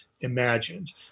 imagined